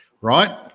Right